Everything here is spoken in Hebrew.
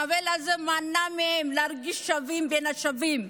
העוול הזה מנע מהם להרגיש שווים בין שווים.